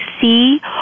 see